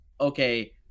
okay